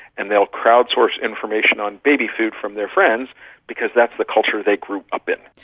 and they will crowd-source information on baby food from their friends because that's the culture they grew up in.